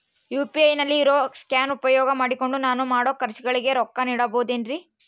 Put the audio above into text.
UPI ನಲ್ಲಿ ಇರೋ scan ಉಪಯೋಗ ಮಾಡಿಕೊಂಡು ನಾನು ಮಾಡೋ ಖರ್ಚುಗಳಿಗೆ ರೊಕ್ಕ ನೇಡಬಹುದೇನ್ರಿ?